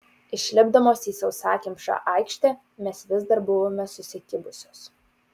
išlipdamos į sausakimšą aikštę mes vis dar buvome susikibusios